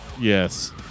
Yes